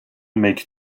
make